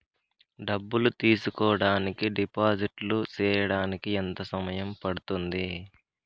డబ్బులు తీసుకోడానికి డిపాజిట్లు సేయడానికి ఎంత సమయం పడ్తుంది